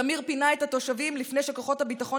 תמיר פינה את התושבים לפני שכוחות הביטחון